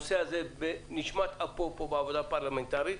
שהנושא הזה בנשמת אפו פה בעבודה הפרלמנטרית,